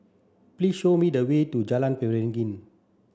please show me the way to Jalan Beringin